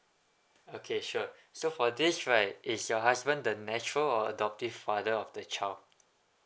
okay sure so for this right is your husband the natural or adoptive father of the child